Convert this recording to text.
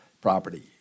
property